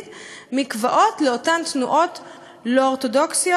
מקוואות לאותן תנועות לא אורתודוקסיות,